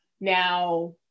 now